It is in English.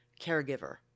caregiver